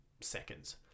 seconds